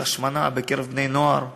השמנה בקרב בני-נוער.